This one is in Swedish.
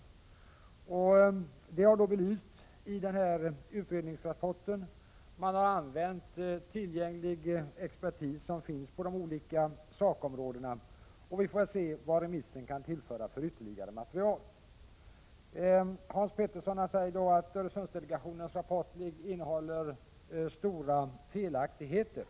Det har belysts i utredningsrapporten. Utredningen har använt tillgänglig expertis på de olika sakområdena, och vi får se vilket ytterligare material remisserna kan tillföra. Hans Pettersson i Helsingborg säger att Öresundsdelegationens rapport innehåller stora felaktigheter.